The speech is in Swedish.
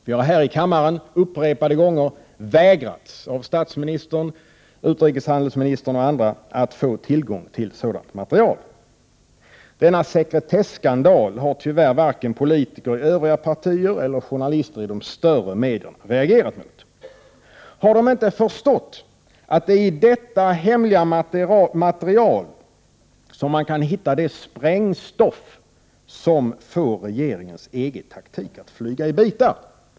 Vi har här i kammaren upprepade gånger vägrats — av statsministern, utrikeshandelsministern och andra — att få tillgång till sådant material. Denna sekretesskandal har tyvärr varken politiker i övriga partier eller journalister i de större medierna reagerat mot. Har de inte förstått att det är detta hemliga material som utgör det sprängstoff som får regeringens EG-taktik att flyga i bitar?